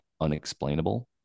unexplainable